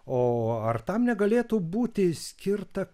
o ar tam negalėtų būti skirta